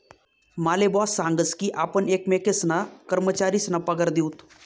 माले बॉस सांगस की आपण एकमेकेसना कर्मचारीसना पगार दिऊत